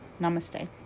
Namaste